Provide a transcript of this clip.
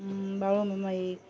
बाळूमामा एक